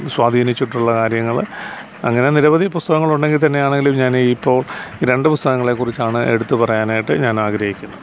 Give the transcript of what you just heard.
സ്വാധീനിച്ചിട്ടുള്ള കാര്യങ്ങൾ അങ്ങനെ നിരവധി പുസ്തകങ്ങളുണ്ടെങ്കിൽ തന്നെയാണേലും ഞാൻ ഇപ്പോൾ രണ്ട് പുസ്തകങ്ങളെ കുറിച്ചാണ് എടുത്തു പറയാനായിട്ട് ഞാൻ ആഗ്രഹിക്കുന്നത്